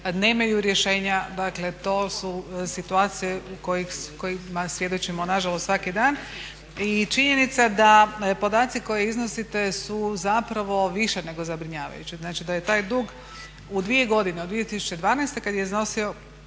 nemaju rješenja, dakle to su situacije kojima svjedočimo nažalost svaki dan. I činjenica da podaci koje iznosite su zapravo više nego zabrinjavajuće. Znači da je taj dug u 2 godine od 2012. kada je iznosio